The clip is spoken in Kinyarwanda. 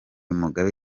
mugabe